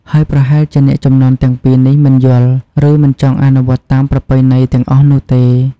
ហើយប្រហែលជាអ្នកជំនាន់ទាំងពីរនេះមិនយល់ ឬមិនចង់អនុវត្តតាមប្រពៃណីទាំងអស់នោះទេ។